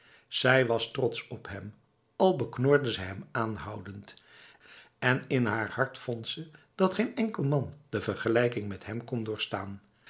zij was trots op hem al beknorde ze hem aanhoudend en in haar hart vond ze dat geen enkel man de vergelijking met hem kon doorstaan